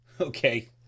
Okay